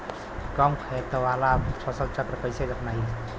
कम खेत वाला फसल चक्र कइसे अपनाइल?